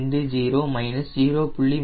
20 minus 0